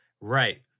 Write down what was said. Right